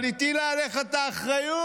אבל היא הטילה עליך את האחריות.